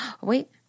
Wait